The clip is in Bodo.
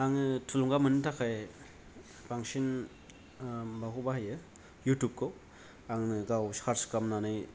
आङो थुलुंगा मोननो थाखाय बांसिन माबाखौ बाहायो इउटुबखौ आङो गाव सार्स खालामनानै